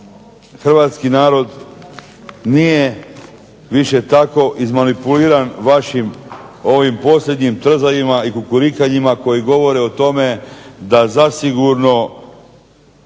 hrvatski narod nije više tako izmanipuliran vašim ovim posljednjim trzajima i kukurikanjima koji govore o tome da zasigurno